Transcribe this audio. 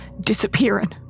disappearing